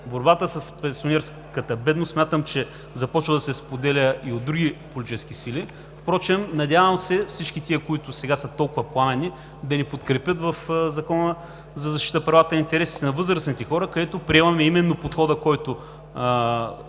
борбата с пенсионерската бедност, смятам, че започва да се споделя и от други политически сили. Впрочем, надявам се всички тези, които сега са толкова пламенни, да ни подкрепят в Закона за защита правата и интересите на възрастните хора, където приемаме именно подхода, който